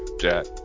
Jack